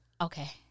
okay